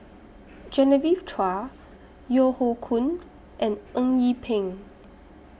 Genevieve Chua Yeo Hoe Koon and Eng Yee Peng